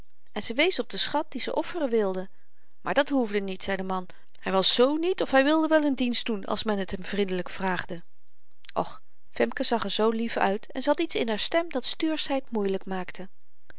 en ze wees op den schat dien ze offeren wilde maar dat hoefde niet zei de man hy was z niet of hy wilde wel een dienst doen als men t hem vrindelyk vraagde och femke zag er zoo lief uit en ze had iets in haar stem dat stuursheid moeielyk maakte